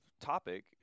topic